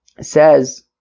says